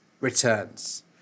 returns